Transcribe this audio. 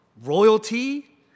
royalty